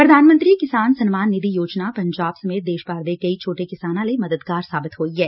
ਪ੍ਰਧਾਨ ਮੰਤਰੀ ਕਿਸਾਨ ਸਨਮਾਨ ਨਿਧੀ ਯੋਜਨਾ ਪੰਜਾਬ ਸਮੇਤ ਦੇਸ਼ ਭਰ ਦੇ ਕਈ ਛੋਟੇ ਕਿਸਾਨਾਂ ਲਈ ਮਦਦਗਾਰ ਸਾਬਿਤ ਹੋਈ ਏ